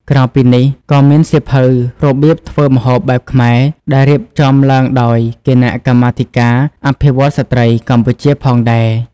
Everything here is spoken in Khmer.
ក្រៅពីនេះ ក៏មានសៀវភៅ របៀបធ្វើម្ហូបបែបខ្មែរ ដែលរៀបចំឡើងដោយ គណៈកម្មាធិការអភិវឌ្ឍន៍ស្ដ្រីកម្ពុជាផងដែរ។